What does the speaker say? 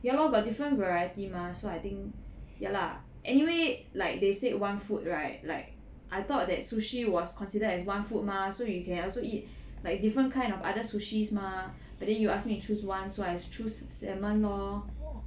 ya lor got different variety mah so I think ya lah anyway like they said one food right like I thought that sushi was considered as one food mah so you can also eat like different kind of other sushi‘s mah but then you ask me choose one so I choose salmon lor